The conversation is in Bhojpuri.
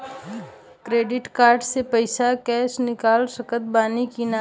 क्रेडिट कार्ड से पईसा कैश निकाल सकत बानी की ना?